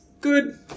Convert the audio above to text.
good